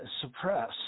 suppress